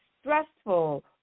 stressful